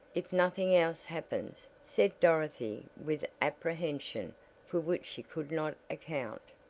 if nothing else happens, said dorothy with apprehension for which she could not account.